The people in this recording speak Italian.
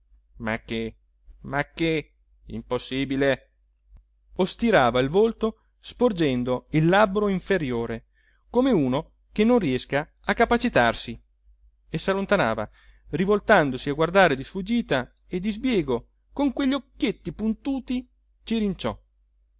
ma che ma che impossibile o stirava il volto sporgendo il labbro inferiore come uno che non riesca a capacitarsi e sallontanava rivoltandosi a guardare di sfuggita e di sbieco con quegli occhietti puntuti cirinciò cirinciò se